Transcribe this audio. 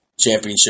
championship